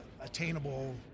attainable